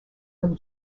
from